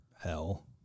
Hell